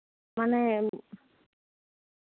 ᱢᱟᱱᱮ